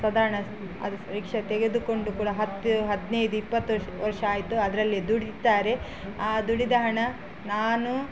ಸಾಧಾರ್ಣ ಅದು ರಿಕ್ಷ ತೆಗೆದುಕೊಂಡು ಕೂಡ ಹತ್ತು ಹದಿನೈದು ಇಪ್ಪತ್ತು ವರ್ಷ ಆಯಿತು ಅದರಲ್ಲಿ ದುಡಿತಾರೆ ಆ ದುಡಿದ ಹಣ ನಾನು